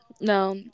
no